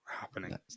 happening